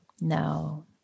no